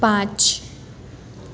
પાંચ